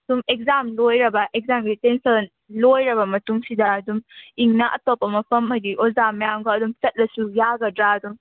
ꯁꯨꯝ ꯑꯦꯛꯖꯥꯝ ꯂꯣꯏꯔꯕ ꯑꯦꯛꯖꯥꯝꯒꯤ ꯇꯦꯟꯁꯟ ꯂꯣꯏꯔꯕ ꯃꯇꯨꯡꯁꯤꯗ ꯐꯗꯨꯝ ꯏꯪꯅ ꯑꯇꯣꯞꯄ ꯃꯐꯝ ꯍꯥꯏꯗꯤ ꯑꯣꯖꯥ ꯃꯌꯥꯝꯒ ꯑꯗꯨꯝ ꯆꯠꯂꯁꯨ ꯌꯥꯒꯗ꯭ꯔꯥ ꯑꯗꯨꯝ